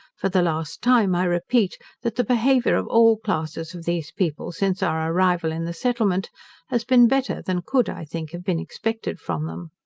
for the last time i repeat, that the behaviour of all classes of these people since our arrival in the settlement has been better than could, i think, have been expected from them.